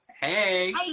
hey